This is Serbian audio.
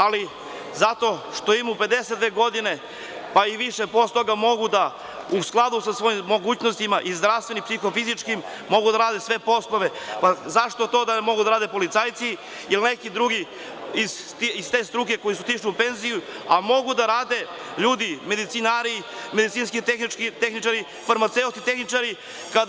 Ali, ljudi koji imaju 52 godine, pa i više, posle toga mogu da u skladu sa svojim mogućnostima, zdravstvenim i psihofizičkim, rade sve poslove, pa zašto to ne bi mogli da rade i policajci, ili neki drugi iz te struke koji su otišli u penziju, kad mogu da rade medicinari, medicinski tehničari, farmaceutski tehničari, itd.